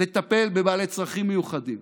לטפל בבעלי צרכים מיוחדים,